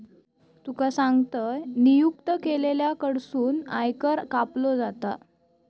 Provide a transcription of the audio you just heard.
तुका सांगतंय, नियुक्त केलेल्या कडसून आयकर कापलो जाता